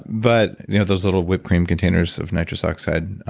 but you know those little whipped cream containers of nitrous oxide,